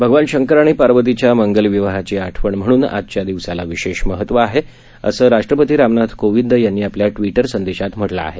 भगवान शंकर आणि पार्वतीच्या मंगल विवाहाची आठवण म्हणून आजच्या दिवसाला विशेष महत्व आहे असं राष्ट्रपती रामनाथ कोविंद यांनी आपल्या ट्टविटर संदेशात म्हटलं आहे